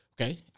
okay